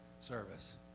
service